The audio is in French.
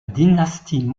dynastie